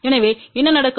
எனவே என்ன நடக்கும்